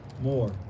more